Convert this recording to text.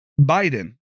Biden